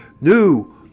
New